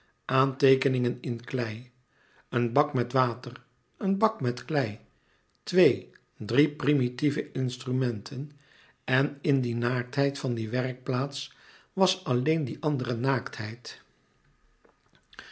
aanteekeningen in klei een bak met water een bak met klei twee drie primitieve instrumenten en in die naaktheid van die werkplaats was alleen die andere